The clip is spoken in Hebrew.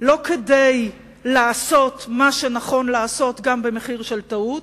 לא כדי לעשות מה שנכון לעשות גם במחיר של טעות,